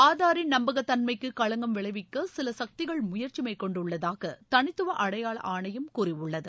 ஆதாரின் நம்பகத்தன்மைக்கு களங்கம் விளைவிக்க சில கக்திகள் முயற்சி மேற்கொண்டுள்ளதாக தனித்துவ அடையாள ஆணையம் கூறியுள்ளது